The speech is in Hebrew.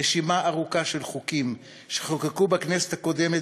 רשימה ארוכה של חוקים שחוקקו בכנסת הקודמת